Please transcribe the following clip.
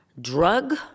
drug